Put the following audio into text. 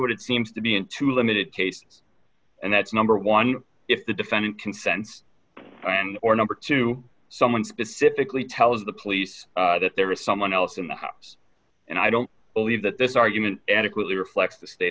what it seems to be into limited cases and that's number one if the defendant consents and or number two someone specifically tells the police that there is someone else in the house and i don't believe that this argument adequately reflects the state